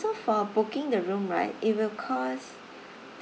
so for booking the room right it will costs